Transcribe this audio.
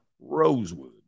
Rosewood